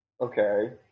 Okay